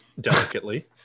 delicately